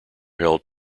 held